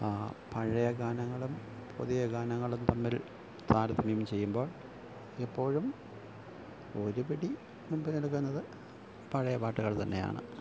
ആ പഴയ ഗാനങ്ങളും പുതിയ ഗാനങ്ങളും തമ്മിൽ താരതമ്യം ചെയ്യുമ്പോൾ ഇപ്പോഴും ഒരുപിടി മുമ്പിൽ നിൽക്കുന്നത് പഴയ പാട്ടുകൾ തന്നെയാണ്